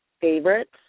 favorites